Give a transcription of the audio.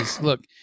look